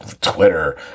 Twitter